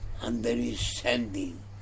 understanding